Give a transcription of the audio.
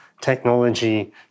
technology